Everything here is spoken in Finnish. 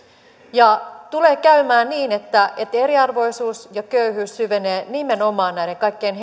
ja tulee käymään niin että että eriarvoisuus ja köyhyys syvenevät nimenomaan näiden kaikkein